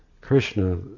Krishna